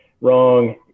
wrong